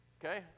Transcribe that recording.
Okay